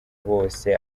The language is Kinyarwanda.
bose